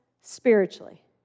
spiritually